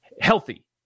healthy